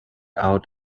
out